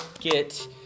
get